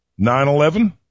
9-11